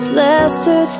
lesser